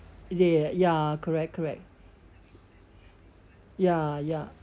is it ya correct correct ya ya